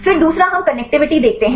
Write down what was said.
फिर दूसरा हम कनेक्टिविटी देखते हैं